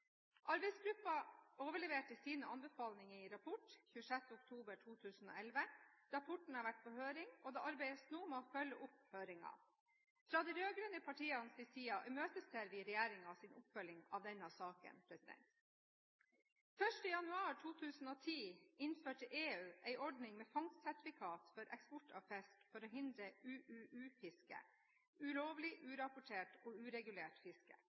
overleverte sine anbefalinger i rapport 26. oktober 2011. Rapporten har vært på høring, og det arbeides nå med å følge opp høringen. Fra de rød-grønne partienes side imøteser vi regjeringens oppfølging av denne saken. Den 1. januar 2010 innførte EU en ordning med fangstsertifikat for eksport av fisk for å hindre UUU-fiske, ulovlig, urapportert og uregulert fiske.